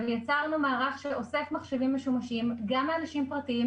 יצרנו מערך שאוסף מחשבים משומשים גם מאנשים פרטיים,